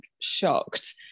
shocked